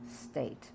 state